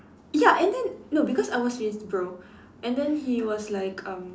ya and then no because I was with his bro and then he was like um